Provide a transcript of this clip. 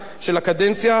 המשיכו בזה גם אחרי,